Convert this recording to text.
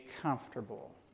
comfortable